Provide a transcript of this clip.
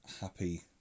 happy